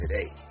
today